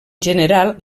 general